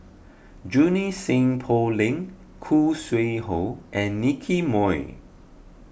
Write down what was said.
Junie Sng Poh Leng Khoo Sui Hoe and Nicky Moey